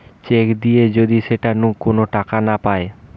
check দিয়ে যদি সেটা নু কোন টাকা না পায়